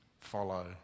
follow